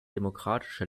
demokratische